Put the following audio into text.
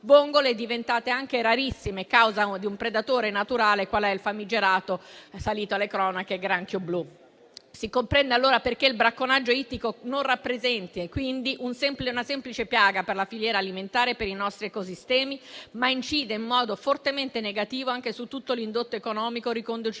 vongole diventate anche rarissime a causa di un predatore naturale qual è il famigerato - salito alle cronache - granchio blu. Si comprende allora perché il bracconaggio ittico non rappresenti, quindi, una semplice piaga per la filiera alimentare e per i nostri ecosistemi, ma incida in modo fortemente negativo anche su tutto l'indotto economico riconducibile